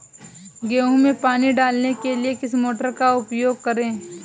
गेहूँ में पानी डालने के लिए किस मोटर का उपयोग करें?